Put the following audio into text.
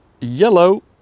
yellow